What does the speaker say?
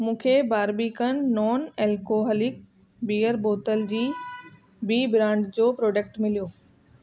मूंखे Barbican non alcoholic beer बोतल जी ॿी ब्रांड जो प्रोडक्ट मिलियो